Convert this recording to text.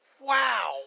wow